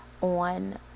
on